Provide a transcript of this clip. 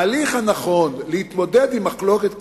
ההליך הנכון להתמודד עם מחלוקת כזאת,